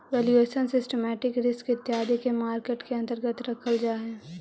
valuation, systematic risk इत्यादि के market के अंतर्गत रखल जा हई